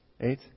Eight